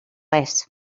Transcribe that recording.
res